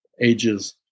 ages